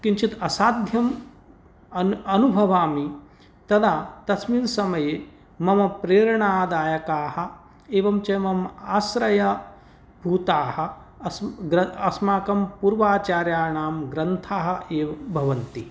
किञ्चित् असाध्यम् अनुभवामि तदा तस्मिन् समये मम प्रेरणादायकाः एवं च मम आश्रयभूताः अस्माकं पूर्वाचार्याणां ग्रन्थाः एव भवन्ति